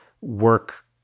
work